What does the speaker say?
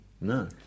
No